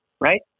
Right